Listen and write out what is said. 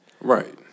Right